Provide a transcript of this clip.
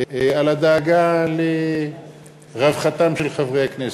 על הדאגה לרווחתם של חברי הכנסת.